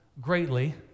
greatly